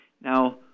Now